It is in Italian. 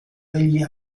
degli